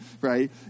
right